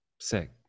Sick